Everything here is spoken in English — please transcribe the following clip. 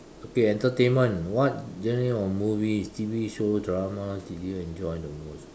okay entertainment what genre of movies T_V shows dramas did you enjoy the most